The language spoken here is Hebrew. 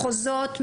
מחוזות,